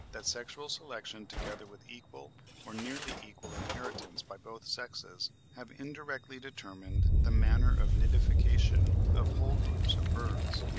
that sexual selection together with equal or nearly equal inheritance by both sexes, have indirectly determined the manner of nidification of whole groups of birds.